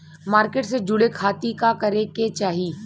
Market से जुड़े खाती का करे के चाही?